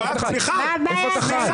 יואב, סליחה, תצא